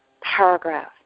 paragraph